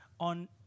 On